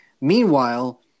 Meanwhile